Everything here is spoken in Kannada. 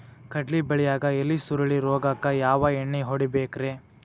ಕಡ್ಲಿ ಬೆಳಿಯಾಗ ಎಲಿ ಸುರುಳಿ ರೋಗಕ್ಕ ಯಾವ ಎಣ್ಣಿ ಹೊಡಿಬೇಕ್ರೇ?